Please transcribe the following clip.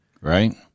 Right